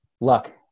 luck